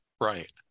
Right